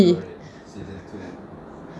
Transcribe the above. !ee!